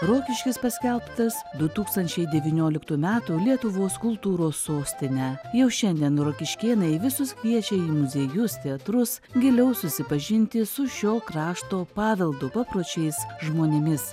rokiškis paskelbtas du tūkstančiai devynioliktų metų lietuvos kultūros sostine jau šiandien rokiškėnai visus kviečia į muziejus teatrus giliau susipažinti su šio krašto paveldu papročiais žmonėmis